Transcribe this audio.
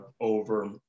over